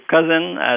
cousin